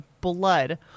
blood